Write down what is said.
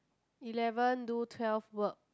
eleven do twelve work